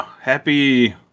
Happy